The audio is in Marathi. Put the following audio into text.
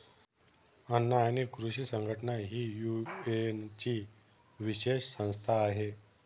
अन्न आणि कृषी संघटना ही युएनची विशेष संस्था आहे